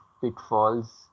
pitfalls